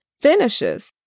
finishes